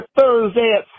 thursday